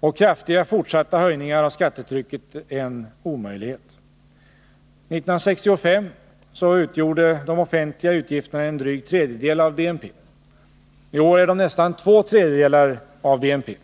och kraftiga fortsatta höjningar av skattetrycket en omöjlig 20 november 1980 het. 1965 utgjorde de offentliga utgifterna en dryg tredjedel av BNP. I år är de nästan två tredjedelar av BNP.